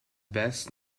best